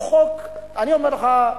אני אומר לך,